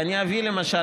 למשל,